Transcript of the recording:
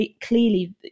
clearly